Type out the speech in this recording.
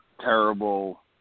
terrible